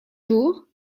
jours